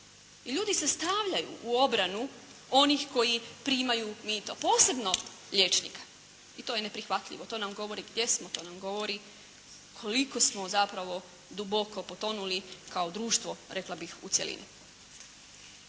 i ljudi se stavljaju u obranu onih koji primaju mito, posebno liječnika i to je neprihvatljivo. To nam govori gdje smo, to nam govori koliko smo zapravo duboko potonuli kao društvo, rekla bih u cjelini.